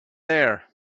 there